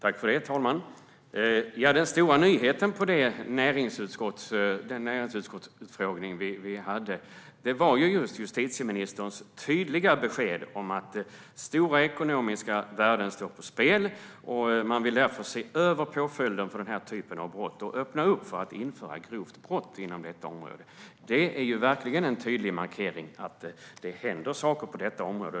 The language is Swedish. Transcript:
Herr talman! Den stora nyheten på den utfrågning vi hade i näringsutskottet var just justitieministerns tydliga besked. Stora ekonomiska värden står på spel, och man vill därför se över påföljderna för den här typen av brott, och man öppnar för att införa grovt brott inom detta område. Det är verkligen en tydlig markering av att det händer saker på detta område.